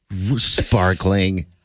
Sparkling